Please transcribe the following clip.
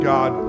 God